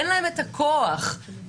אין להם את הכוח לגרש,